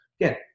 Again